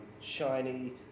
shiny